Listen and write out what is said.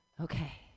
Okay